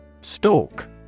Stalk